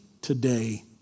today